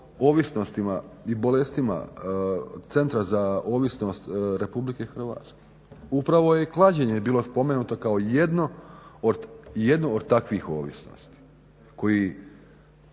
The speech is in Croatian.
ovisnostima i bolestima Centra za ovisnost RH. Upravo je klađenje bilo spomenuto kao jedno od takvih ovisnosti koji